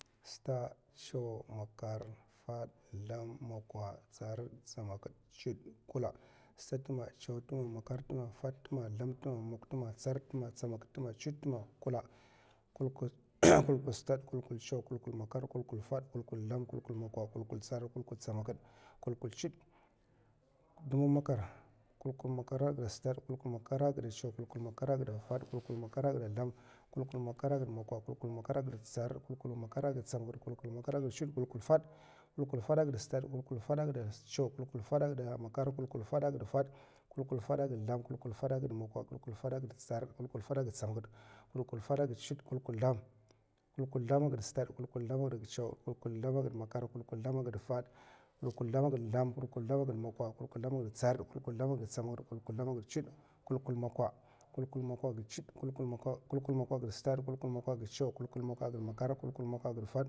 Stad, chaw, makar, fad, zlam, mokwa, tsarrd, tsamakid, chudè, kulla. stad tma, chaw tma, makar tma, fad tma, zlam tma, mokwa tma, tsarrd tma, tsamakid tma, chudè tma, kulla. kulkul stad, kulkul chaw, kulkul makar, kulkul fad, kulkul zlam, kulkul mokwa, kulkul tsarrd, kulkul tsamakid, kulkul chudè, d'mbuk makar. kulkul makar a gida stad, kulkul a gida chaw, kulkul makar a gida fad, kulkul makar a gida mokwa, kulkul makar a gida tsarrd, kulkul makar a gida stamakid. kulkul makar a gida chudè, kulkul fad. kulkul fada gida stad, kulkul fada gida chaw, kulkul fada gida makar, kulkul fada gida fad, kulkul fada gida zlam, kulkul fada gida mokwa, kulkul fada gida tsarrd, kulkul fada gida tsamakid, kulkul fada gida chudè, kulkul zlam. kulkul zlam gida stad, kulkul zlam gida chaw. kulkul zlam gida makar, kulkul zlam gida fad. kulkul zlam gida zlam, kulkul zlam gida mokwa, kulkul zlam gida tsarrd, kulkul zlam gida tsamaki, kulkul zlam gida chudè, kulkul mokwa. kulkul mokwa gida chudè, kulkul mokwa gida stad. kulkul mokwa gida chaw, kulkul mokwa gida makar. kulkul makwa gida fad.